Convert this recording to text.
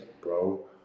bro